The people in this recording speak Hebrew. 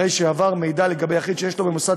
הרי שיועבר מידע לגבי יחיד שיש לו במוסד